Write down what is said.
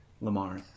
Lamar